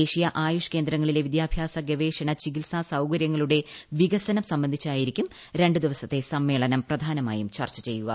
ദേശീയ ആയുഷ് കേന്ദ്രങ്ങളിലെ വിദ്യാഭ്യാസ ഗവേഷണ ചികിത്സാ സൌകര്യങ്ങളുടെ സംബന്ധിച്ചായിരിക്കും വികസനം ദിവസത്തെ രണ്ടു സമ്മേളനം പ്രധാനമായും ചർച്ച ചെയ്യുക